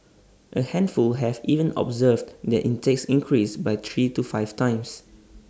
A handful have even observed their intakes increase by three to five times